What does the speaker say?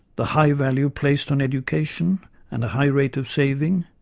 the high value placed on education and a high rate of saving,